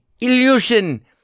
illusion